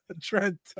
Trent